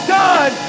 done